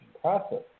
process